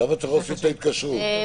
להוסיף את ההתקשרות?